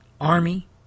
Army